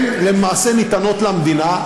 למעשה, ניתנות למדינה.